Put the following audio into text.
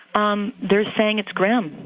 um they're saying it's grim.